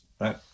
right